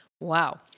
wow